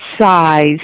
size